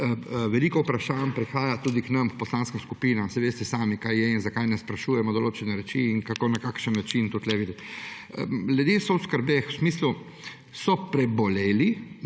Veliko vprašanj prihaja tudi k nam v poslansko skupino. Saj veste sami, kaj je in zakaj nas sprašujejo določene reči in kako in na kakšen način kot tu. Ljudje so v skrbeh v smislu, so preboleli,